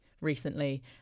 recently